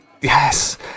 yes